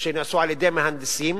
שנעשו על-ידי מהנדסים.